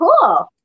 Cool